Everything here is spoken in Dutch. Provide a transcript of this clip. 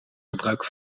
gebruik